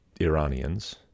Iranians